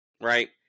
right